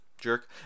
jerk